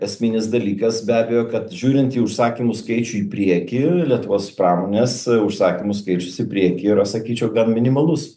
esminis dalykas be abejo kad žiūrint į užsakymų skaičių į priekį lietuvos pramonės užsakymų skaičius į priekį yra sakyčiau gan minimalus